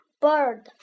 bird